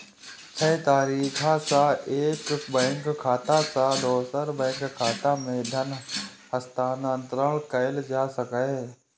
छह तरीका सं एक बैंक खाता सं दोसर बैंक खाता मे धन हस्तांतरण कैल जा सकैए